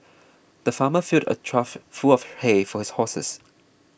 the farmer filled a trough full of hay for his horses